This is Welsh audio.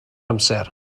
amser